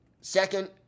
second